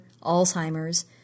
Alzheimer's